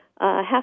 half